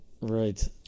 Right